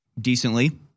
decently